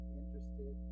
interested